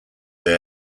that